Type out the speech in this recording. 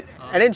ah